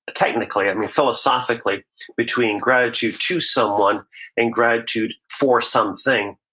technically, i mean philosophically between gratitude to someone and gratitude for something,